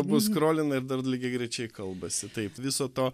abu skrolina ir dar lygiagrečiai kalbasi taip viso to